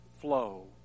flow